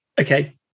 okay